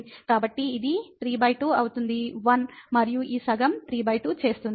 కాబట్టి ఇది 32 అవుతుంది 1 మరియు ఈ సగం 32 చేస్తుంది